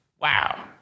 Wow